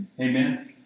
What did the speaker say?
Amen